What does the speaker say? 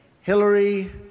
Hillary